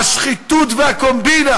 השחיתות והקומבינה